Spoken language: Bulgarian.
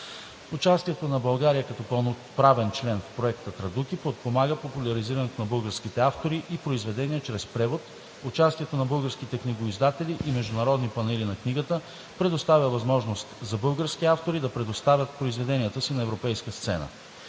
Участието на България като пълноправен член в Проекта „Традуки“ подпомага популяризирането на българските автори и произведения чрез превод; участието на българските книгоиздатели в международни панаири на книгата; предоставя възможност за български автори да представят произведенията си на европейска сцена;